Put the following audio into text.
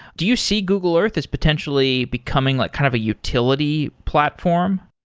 do you see google earth is potentially becoming like kind of a utility platform?